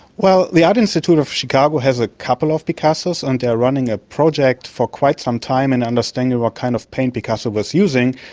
well, the art institute of chicago has a couple of picassos and they are running a project for quite some time in understanding what kind of paint picasso was using,